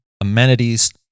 amenities